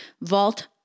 Vault